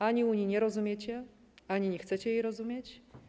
Ani Unii nie rozumiecie, ani nie chcecie jej rozumieć.